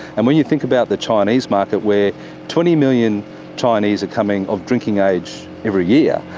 and when you think about the chinese market, where twenty million chinese are coming of drinking age every year,